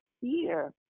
fear